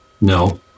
No